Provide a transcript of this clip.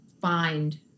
find